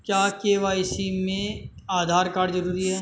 क्या के.वाई.सी में आधार कार्ड जरूरी है?